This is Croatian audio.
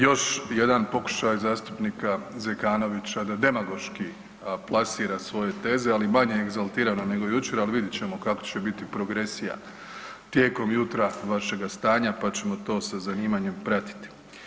Još jedan pokušaj zastupnika Zekanovića da demagoški plasira svoje teze, ali manje egzaltirano nego jučer, ali vidjet ćemo kako će biti progresija tijekom jutra vašega stanja, pa ćemo to sa zanimanjem pratiti.